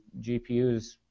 GPUs